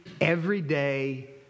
everyday